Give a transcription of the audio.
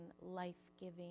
life-giving